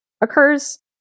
occurs